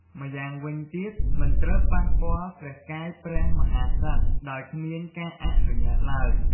ម្យ៉ាងវិញទៀតមិនត្រូវប៉ះពាល់ព្រះកាយព្រះមហាក្សត្រ ដោយគ្មានការអនុញ្ញាតឡើយ។